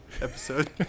episode